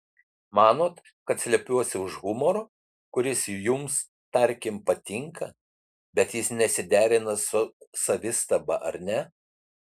manot kad slepiuosi už humoro kuris jums tarkim patinka bet jis nesiderina su savistaba ar ne